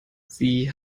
sie